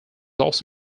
also